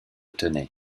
tenaient